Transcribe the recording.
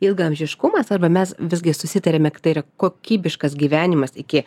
ilgaamžiškumas arba mes visgi susitariame kad tai yra kokybiškas gyvenimas iki